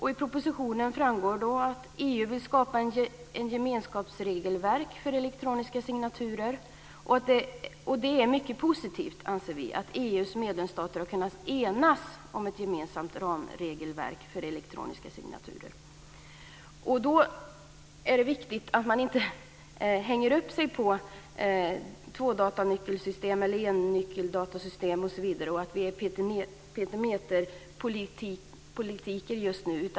I propositionen framgår att EU vill skapa ett gemenskapsregelverk för elektroniska signaturer. Det är positivt att EU:s medlemsstater har kunnat enas om ett gemensamt ramregelverk för elektroniska signaturer. Det är viktigt att man inte hänger upp sig på om det är tvånyckelsystem eller ennyckelsystem och att vi inte är petimäterpolitiker.